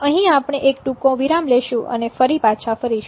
અહીં આપણે એક ટૂંકો વિરામ લેશું અને ફરી પાછા ફરીશું